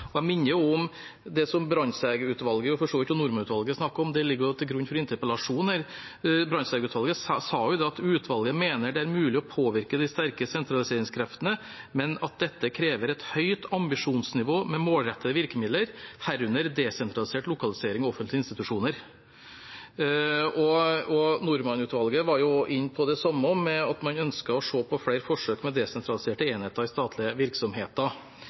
opp. Jeg minner også om det som Brandtzæg-utvalget, og for så vidt også Norman-utvalget, snakket om, og som ligger til grunn for interpellasjonen. Brandtzæg-utvalget sa: «Utvalget mener det er mulig å påvirke de sterke sentraliseringskreftene, men at dette krever et høyt ambisjonsnivå med målrettede virkemidler, herunder desentralisert lokalisering av offentlige institusjoner.» Norman-utvalget var inne på det samme, at man ønsker å se på flere forsøk med desentraliserte enheter i statlige virksomheter.